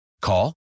Call